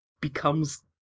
becomes